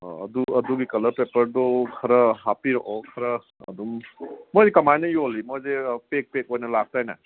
ꯑꯥ ꯑꯗꯨꯒꯤ ꯀꯂꯔ ꯄꯦꯄꯔꯗꯣ ꯈꯔ ꯍꯥꯞꯄꯤꯔꯛꯑꯣ ꯈꯔ ꯑꯗꯨꯝ ꯃꯣꯏꯁꯤ ꯀꯃꯥꯏꯅ ꯌꯣꯜꯂꯤ ꯃꯣꯏꯁꯦ ꯄꯦꯛ ꯄꯦꯛ ꯑꯣꯏꯅ ꯂꯥꯛꯇꯥꯏꯅꯦ